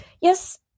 yes